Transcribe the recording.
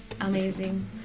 amazing